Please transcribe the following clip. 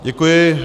Děkuji.